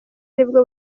aribwo